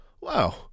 wow